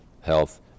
health